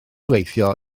gweithio